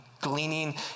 gleaning